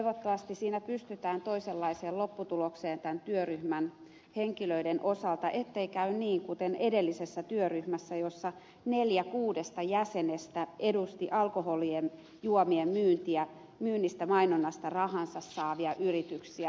toivottavasti siinä tämän työryhmän henkilöiden osalta pystytään pääsemään toisenlaiseen lopputulokseen kuin aiemmin ettei käy niin kuin edellisessä työryhmässä jossa neljä kuudesta jäsenestä edusti alkoholijuomien myyntiä myynnistä mainonnasta rahansa saavia yrityksiä